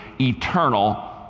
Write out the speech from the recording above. eternal